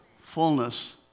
Fullness